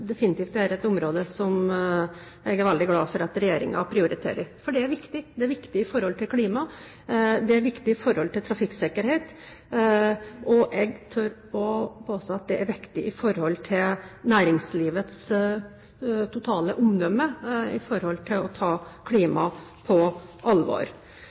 er dette definitivt et område som jeg er veldig glad for at regjeringen prioriterer, for det er viktig. Det er viktig for klimaet. Det er viktig for trafikksikkerheten, og jeg tør påstå at det er viktig for næringslivets totale omdømme i forhold til å ta klimaet på alvor.